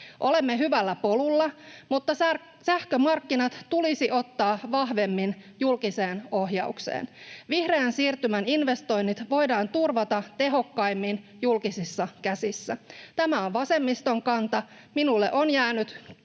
Olemme hyvällä polulla, mutta sähkömarkkinat tulisi ottaa vahvemmin julkiseen ohjaukseen. Vihreän siirtymän investoinnit voidaan turvata tehokkaimmin julkisissa käsissä. Tämä on vasemmiston kanta. Minulle on jäänyt